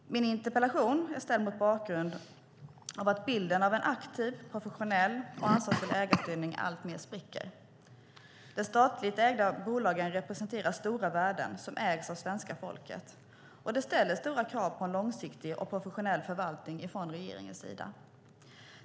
Min interpellation är ställd mot bakgrund av att bilden av en aktiv, professionell och ansvarsfull ägarstyrning alltmer spricker. De statligt ägda bolagen representerar stora värden som ägs av svenska folket. Det ställer stora krav på en långsiktig och professionell förvaltning från regeringens sida.